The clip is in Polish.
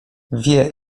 wie